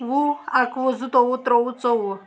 وُہ اکوُہ زٕتووُہ ترٛووُہ ژۄوُہ